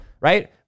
right